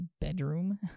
bedroom